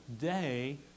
day